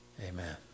Amen